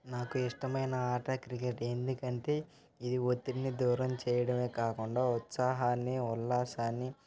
నాకు ఇష్టమైన ఆట క్రికెట్ ఎందుకంటే ఇది ఒత్తిడిని దూరం చేయడమే కాకుండా ఉత్సాహాన్ని ఉల్లాసాన్ని